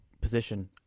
position